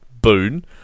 Boon